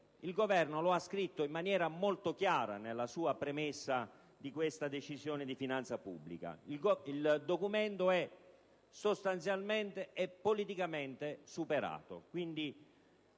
il Parlamento, ha scritto in maniera molto chiara nella premessa della Decisione di finanza pubblica che il documento è sostanzialmente e politicamente superato.